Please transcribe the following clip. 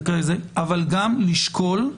אבל גם לשקול.